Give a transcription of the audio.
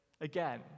Again